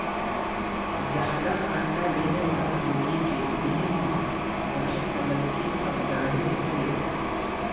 जादा अंडा देहे वाला मुरगी के देह म बने कलंगी अउ दाड़ी होथे